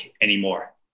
anymore